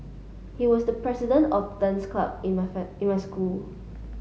he was the president of dance club in in my school